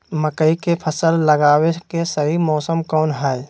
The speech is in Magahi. मकई के फसल लगावे के सही मौसम कौन हाय?